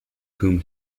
whom